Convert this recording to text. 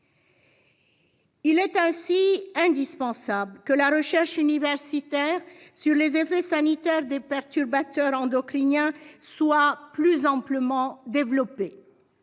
Il est ainsi indispensable que la recherche universitaire sur les effets sanitaires des perturbateurs endocriniens soit plus amplement développée.